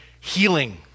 healing